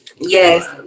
Yes